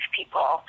people